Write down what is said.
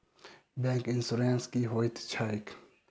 Bank insurance की होइत छैक?